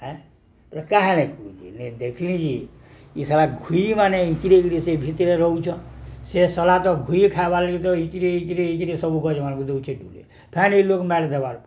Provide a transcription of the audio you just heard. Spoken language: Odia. ଆଁ ଏଟା କାଁ ହେଲାକି କରୁଚି ଯାଇଁ ଦେଖିଲି ଯେ ଏ ଶଳା ଘୁଇ ମାନେ ଇକିରିକିରି ସେ ଭିତରେ ରହୁଛନ୍ ସେ ଶଳଲା ତ ଘୁଇ ଖାଇବାର୍ ଲାଗି ତ ଚିରି ଇଚିରିଇଚିରି ସବୁ ଗଛମାନଙ୍କୁ ଦେଉଛେ ଡୁଲେ ଫୁନି ଲୋକ ମାର ଦେବାର୍